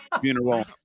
funeral